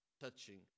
touching